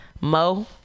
mo